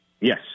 Yes